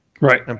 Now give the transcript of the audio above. Right